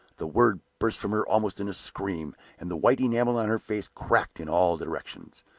the word burst from her almost in a scream, and the white enamel on her face cracked in all directions.